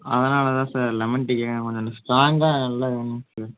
அதனால் தான் sir lemon tea கேட்கறேன் கொஞ்சம் ஸ்ட்ராங்காக நல்லா வேணுங்க சார்